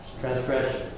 transgression